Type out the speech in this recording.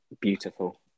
Beautiful